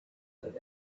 that